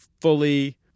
fully